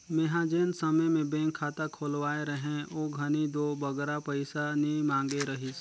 मेंहा जेन समे में बेंक खाता खोलवाए रहें ओ घनी दो बगरा पइसा नी मांगे रहिस